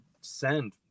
send